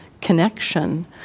connection